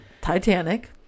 Titanic